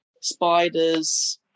spiders